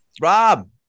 Rob